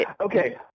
Okay